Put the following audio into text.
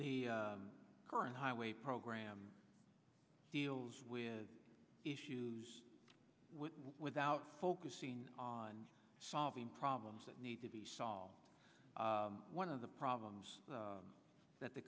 the current highway program deals with issues with with out focusing on solving problems that need to be solved one of the problems that the